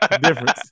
difference